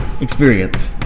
Experience